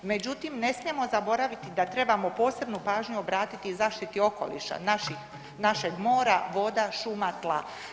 Međutim, ne smijemo zaboraviti da trebamo posebnu pažnju obratiti zaštiti okoliša, našeg mora, voda, šuma, tla.